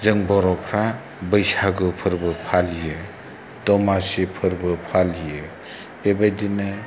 जों बर'फ्रा बैसागु फोरबो फालियो दमासि फोरबो फालियो बेबायदिनो